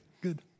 Good